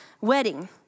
wedding